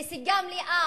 בשטחים הכבושים ונסיגה מלאה